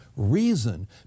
reason